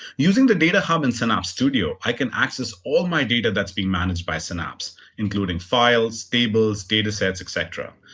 using the data hub in synapse studio, i can access all my data that's being managed by synapse, including files, tables, datasets, etc.